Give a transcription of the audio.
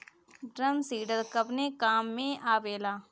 Drum seeder कवने काम में आवेला?